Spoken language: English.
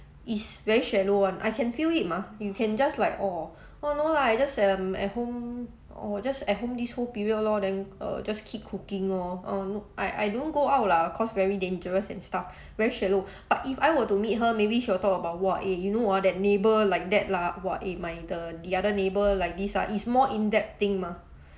it's very shallow [one] I can feel it mah you can just like orh oh no lah I just um at home orh just at home this whole period lor then err just keep cooking orh err I I don't go out lah cause very dangerous and stuff very shallow but if I were to meet her maybe she'll talk about !wah! eh you know ah that neighbour like that lah !wah! eh my the the other neighbour like this ah is more in depth thing mah